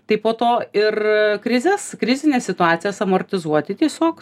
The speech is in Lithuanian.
tai po to ir krizes krizines situacijas amortizuoti tiesiog